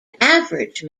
average